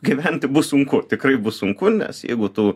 gyventi bus sunku tikrai bus sunku nes jeigu tu